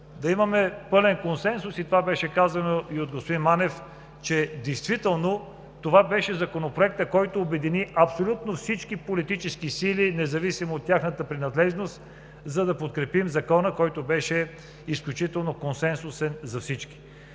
да имаме пълен консенсус. Беше казано и от господин Манев, че действително това беше Законопроектът, който обедини абсолютно всички политически сили, независимо от тяхната принадлежност, за да подкрепим Закона, който беше изключително консенсусен за всички.